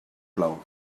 plau